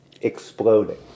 exploding